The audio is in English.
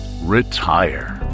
Retire